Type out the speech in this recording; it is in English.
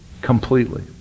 completely